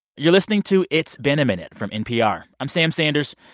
you're listening to it's been a minute from npr. i'm sam sanders.